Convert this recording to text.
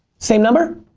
same number.